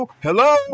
hello